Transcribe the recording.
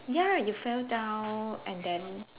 ya you fell down and then